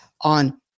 on